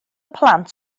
plant